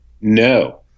No